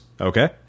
Okay